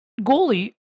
goalie